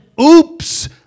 oops